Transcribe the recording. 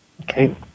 Okay